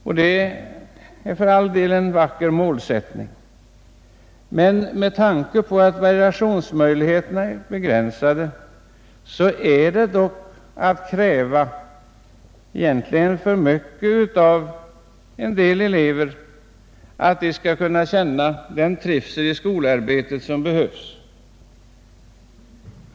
Det är för all del en vacker målsättning, men med tanke på att variationsmöjligheterna är begränsade är det dock att kräva för mycket av en del elever, om man väntar sig att de skall känna den trivsel i skolarbetet som är nödvändig.